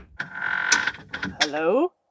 Hello